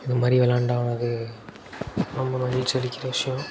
இது மாதிரி விளாண்டா எனக்கு ரொம்ப மகிழ்ச்சி அளிக்கிற விஷயம்